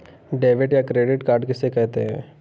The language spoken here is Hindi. डेबिट या क्रेडिट कार्ड किसे कहते हैं?